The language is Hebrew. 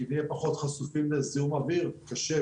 כי נהיה פחות חשופים לזיהום אוויר קשה,